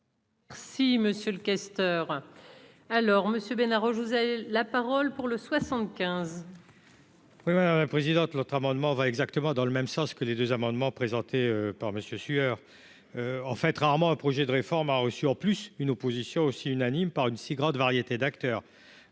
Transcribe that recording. Monsieur le questeur alors Monsieur Bénard je vous avez la parole pour le 75. Quoi. Oui, madame la présidente, l'autre amendement va exactement dans le même sens que les 2 amendements présentés par monsieur sueur en fait rarement, un projet de réforme, a reçu en plus une opposition aussi unanime par une si grande variété d'acteurs,